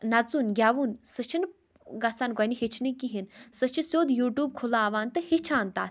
نَژُن گیٚوُن سُہ چھُنہٕ گژھان گۄڈٕنیٚتھ ہیٚچھنہِ کہیٖنۍ سُہ چھُ سیوٚد یوٗٹیوٗب کھُلاوان تہٕ ہیٚچھان تَتھ پٮ۪ٹھ